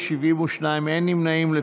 בעד, שבעה, נגד, 72, אין נמנעים.